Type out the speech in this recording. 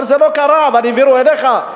אבל זה לא קרה והעבירו אליך.